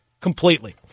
completely